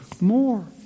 more